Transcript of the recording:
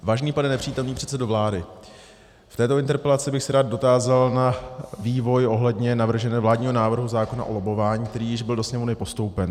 Vážený pane nepřítomný předsedo vlády, v této interpelaci bych se rád dotázal na vývoj ohledně navrženého vládního návrhu zákona o lobbování, který již byl do Sněmovny postoupen.